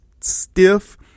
stiff